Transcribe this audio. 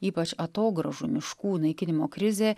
ypač atogrąžų miškų naikinimo krizė